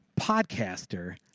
podcaster